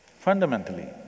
fundamentally